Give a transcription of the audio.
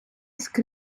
stata